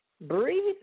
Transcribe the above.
Breathe